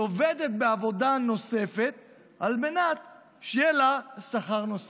היא עובדת בעבודה נוספת על מנת שיהיה לה שכר נוסף.